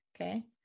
okay